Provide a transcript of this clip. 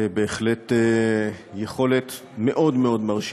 בהחלט יכולת מאוד מרשימה,